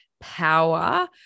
power